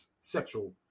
sexual